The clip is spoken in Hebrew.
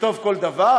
נכתוב כל דבר?